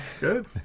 Good